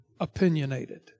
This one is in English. opinionated